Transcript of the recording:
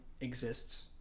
exists